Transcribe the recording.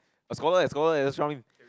the scholar eh scholar eh let's drunk him